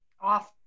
Awesome